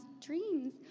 dreams